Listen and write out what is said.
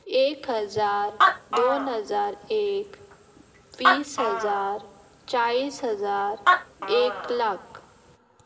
एक हजार दोन हजार एक वीस हजार चाळीस हजार एक लाख